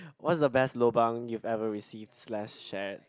what's the best lobang you've ever received slash shared